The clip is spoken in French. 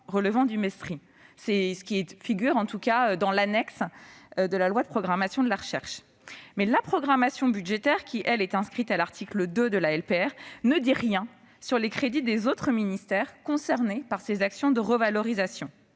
C'est du moins ce qui figure dans l'annexe de la loi de programmation de la recherche. Mais la programmation budgétaire inscrite à l'article 2 de la LPR ne dit rien sur les crédits des autres ministères concernés par les actions de revalorisation